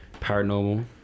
Paranormal